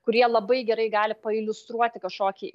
kurie labai gerai gali pailiustruoti kažkokį